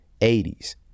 80s